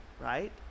right